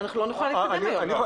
אנחנו לא נוכל להתקדם היום.